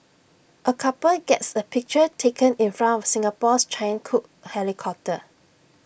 A couple gets A picture taken in front of Singapore's Chinook helicopter